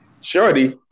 Shorty